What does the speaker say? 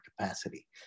capacity